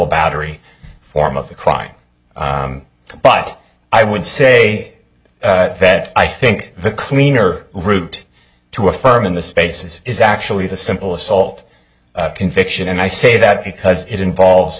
battery form of the crime but i would say that i think the cleaner route to affirm in the spaces is actually the simple assault conviction and i say that because it involves